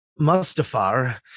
mustafar